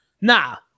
Now